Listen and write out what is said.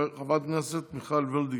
חברת הכנסת מיכל וולדיגר.